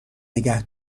نگه